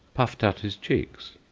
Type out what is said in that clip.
puffed out his cheeks.